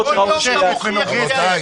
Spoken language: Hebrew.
כל יום אתה מוכיח ההפך.